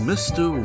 mr